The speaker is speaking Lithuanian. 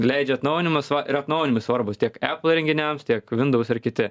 leidžia atnaujinimus va ir atnaujinimai svarbūs tiek apple įrenginiams tiek windows ir kiti